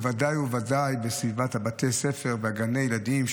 בוודאי ובוודאי בסביבת בתי הספר ובגני הילדים,